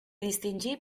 distingí